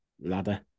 ladder